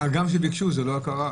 גם כשביקשו, זה לא קרה.